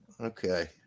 Okay